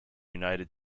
united